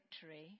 victory